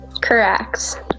Correct